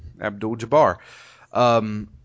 Abdul-Jabbar